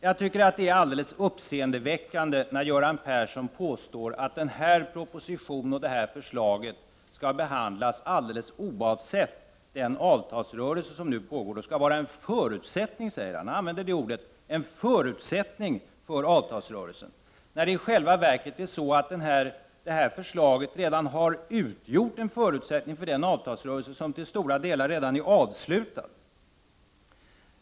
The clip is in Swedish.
Jag tycker det är uppseendeväckande när Göran Persson säger att den här propositionen skall behandlas alldeles oavsett den avtalsrörelse som nu pågår. Han säger att den skall vara en förutsättning — han använde det ordet — 'o avtalsrörelsen, medan det i själva verket är så att förslaget har utgjort en förutsättning för den avtalsrörelse som till stora delar redan är avslutad.